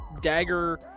dagger